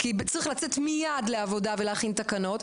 כי צריך לצאת מייד לעבודה ולהכין תקנות.